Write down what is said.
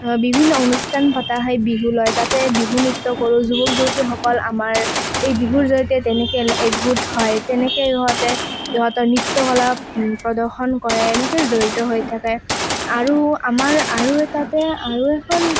বিভিন্ন অনুষ্ঠান পতা হয় বিহু লৈ তাতে বিহু নৃত্য কৰোঁ যুৱক যুৱতী সকল আমাৰ এই বিহুৰ জৰিয়তে তেনেকৈ একগোট হয় তেনেকৈ ইহঁতে ইহঁতৰ নৃত্যকলা প্ৰদৰ্শন কৰে এনেকেই জড়িত হৈ থাকে আৰু আমাৰ আৰু এটাতে আৰু এখন